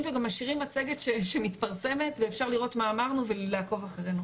וגם משאירים מצגת שמתפרסמת ואפשר לראות מה אמרנו ולעקוב אחרינו.